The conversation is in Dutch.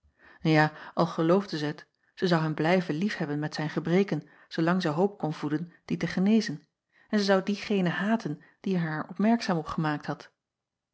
ja al geloofde zij t zij zou hem blijven liefhebben met zijn gebreken zoolang zij hoop kon voeden die te genezen en zij zou diengene haten die er haar opmerkzaam op gemaakt had